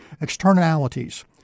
externalities